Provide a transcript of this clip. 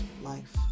life